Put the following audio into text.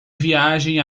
viagem